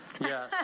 Yes